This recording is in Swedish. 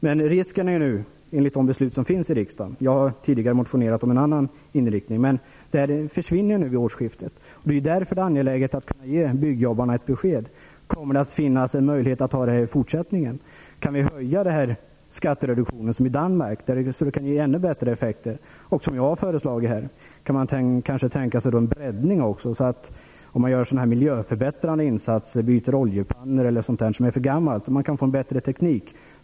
Men risken är nu med de beslut som är fattade här i riksdagen att denna skattereduktion försvinner vid årsskiftet - jag har tidigare motionerat om en annan inriktning. Det är därför angeläget att kunna ge byggjobbarna ett besked om huruvida det kommer att finnas någon möjlighet att ha ROT-avdrag även i fortsättningen. Skulle vi eventuellt kunna höja skattereduktionen, precis som i Danmark, för att ge ännu bättre effekter? Eller kan man, som jag har föreslagit, tänka sig en breddning? Skulle man t.ex. kunna inbegripa miljöförbättrande insatser, som att byta oljepannor som är för gamla, för att få en bättre teknik?